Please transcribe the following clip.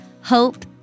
hope